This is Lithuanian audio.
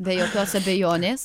be jokios abejonės